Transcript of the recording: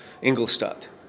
Ingolstadt